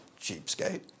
cheapskate